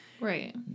right